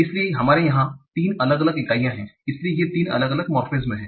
इसलिए हमारे यहाँ तीन अलग अलग इकाइयाँ हैं इसलिए ये तीन अलग अलग मोर्फेमेज़ हैं